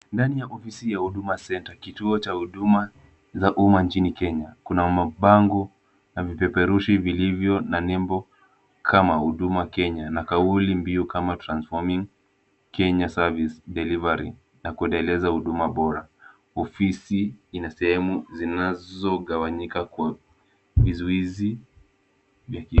Ndani ya ofisi ya Huduma Centre kituo cha huduma za umma nchini Kenya kuna mabango na vipeperushi vilivyo na nembo kama Huduma Kenya na kauli mbiu kama transforming Kenya service delivery na kuendeleza huduma bora. Ofisi ina sehemu zinazogawanyika kwa vizuizi vya kioo.